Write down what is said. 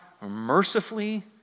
mercifully